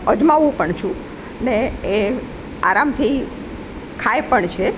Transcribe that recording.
અજમાવું પણ છું ને એ આરામથી ખાય પણ છે